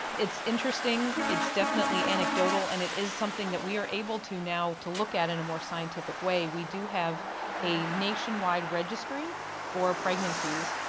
it's interesting. it's definitely anecdotal and it is something that we are able to now look at in a more scientific way. we do have a nationwide registry for pregnancies.